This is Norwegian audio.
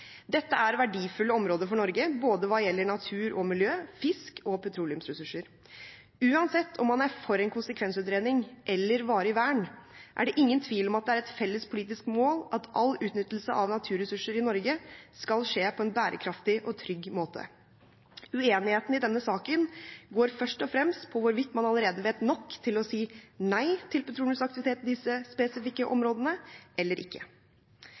Dette er verdifulle områder for Norge, hva gjelder både natur og miljø, fisk og petroleumsressurser. Uansett om man er for en konsekvensutredning eller varig vern, er det ingen tvil om at det er et felles politisk mål at all utnyttelse av naturressurser i Norge skal skje på en bærekraftig og trygg måte. Uenigheten i denne saken går først og fremst på hvorvidt man allerede vet nok til å si nei til petroleumsaktivitet i disse spesifikke områdene eller ikke.